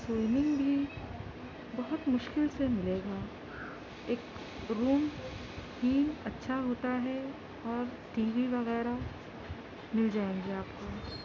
swimming بھی بہت مشکل سے ملے گا ایک روم ہی اچھا ہوتا ہے اور ٹی وی وغیرہ مل جائیں گے آپ کو